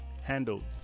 handled